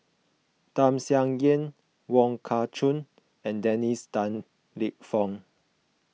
Tham Sien Yen Wong Kah Chun and Dennis Tan Lip Fong